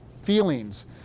feelings